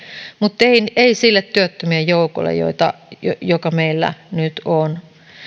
mutta ei sille työttömien joukolle joka meillä nyt on